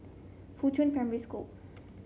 Fuchun Primary School